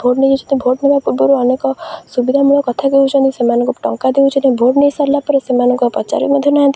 vote ନେଇ ଯାଉଛନ୍ତି vote ନେବା ପୂର୍ବରୁ ଅନେକ ସୁବିଧାମୂଳକ କଥା ହେଉଛନ୍ତି ସେମାନଙ୍କୁ ଟଙ୍କା ଦେଉଛନ୍ତି ଭୋଟ୍ ନେଇ ସାରିଲା ପରେ ସେମାନଙ୍କ ପଚାରି ମଧ୍ୟ ନାହାନ୍ତି